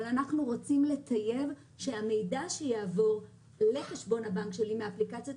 אבל אנחנו רוצים לטייב שהמידע שיעבור לחשבון הבנק שלי מאפליקציית